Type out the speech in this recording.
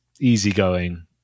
easygoing